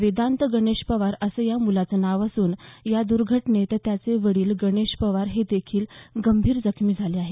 वेदांत गणेश पवार असं या मुलाचं नाव असून या दुर्घटनेत त्याचे वडील गणेश पवार हे देखील गंभीर जखमी झाले आहेत